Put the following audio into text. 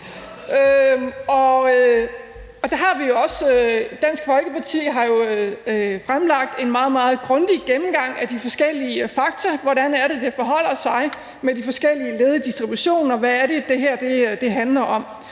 Dansk Folkeparti har jo også fremlagt en meget, meget grundig gennemgang af de forskellige fakta, hvordan det er, det forholder sig med de forskellige led i distributionen, og hvad er det, det her handler om.